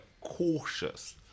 cautious